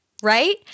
right